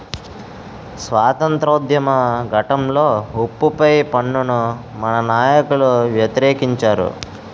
స్వాతంత్రోద్యమ ఘట్టంలో ఉప్పు పై పన్నును మన నాయకులు వ్యతిరేకించారు